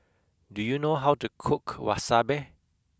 do you know how to cook Wasabi